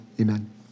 amen